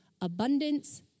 abundance